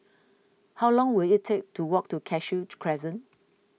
how long will it take to walk to Cashew Crescent